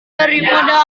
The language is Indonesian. daripada